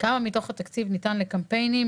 כמה מתוך התקציב ניתן לקמפיינים,